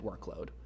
workload